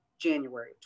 January